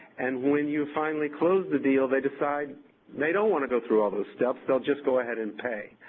and when you finally close the deal, they decide they don't want to go through all those steps, they'll just go ahead and pay.